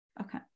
Okay